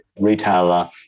retailer